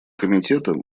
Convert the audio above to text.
комитета